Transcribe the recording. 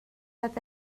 oedd